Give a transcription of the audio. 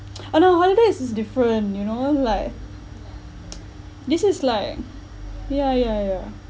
on a holiday is is different you know like this is like ya ya ya